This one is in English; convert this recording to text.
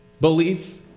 belief